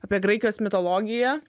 apie graikijos mitologiją